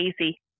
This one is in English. easy